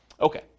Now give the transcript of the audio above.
Okay